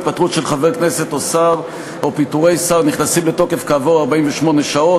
התפטרות של חבר כנסת או שר או פיטורי שר נכנסים לתוקף כעבור 48 שעות.